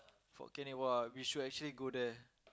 Fort-Canning !wah! we should actually go there